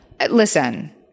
Listen